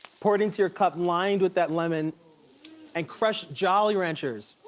pour it into your cup, lined with that lemon and crushed jolly ranchers.